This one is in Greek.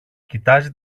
κοιτάζει